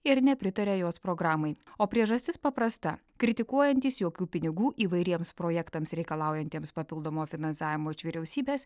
ir nepritaria jos programai o priežastis paprasta kritikuojantys jokių pinigų įvairiems projektams reikalaujantiems papildomo finansavimo iš vyriausybės